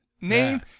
name